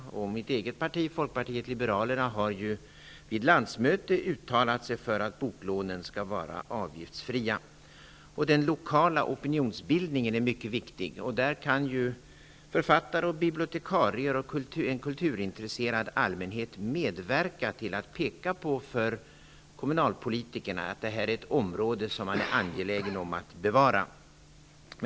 Mitt eget parti, Folkpartiet liberalerna, har ju vid landsmöte uttalat sig för att boklånen skall vara avgiftsfria. Den lokala opinionsbildningen är mycket viktig. Där kan ju författare, bibliotekarier och en kulturintresserad allmänhet medverka till att påpeka för kommunalpolitiker att det här är ett område som man är angelägen om att värna.